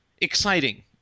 exciting